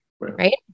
right